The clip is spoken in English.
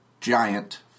giant